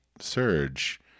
surge